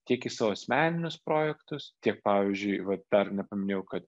tiek į savo asmeninius projektus tiek pavyzdžiui vat dar nepaminėjau kad